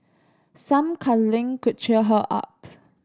some cuddling could cheer her up